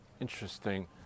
Interesting